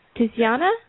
Tiziana